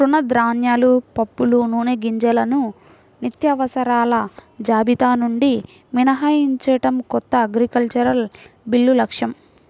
తృణధాన్యాలు, పప్పులు, నూనెగింజలను నిత్యావసరాల జాబితా నుండి మినహాయించడం కొత్త అగ్రికల్చరల్ బిల్లు లక్ష్యం